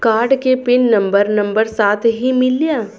Card के pin number number साथही मिला?